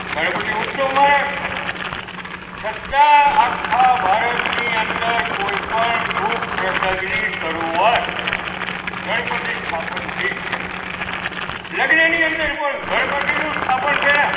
ગણપતિ ઉત્સવ મહારાષ્ટ્રનો છતાં આખા ભારતની અંદર કોઈ પણ શુભ પ્રસંગની શરૂઆત ગણપતિ સ્થાપનથી જ થાય છે લગ્નની અંદર પણ ગણપતિનું સ્થાપન પહેલાં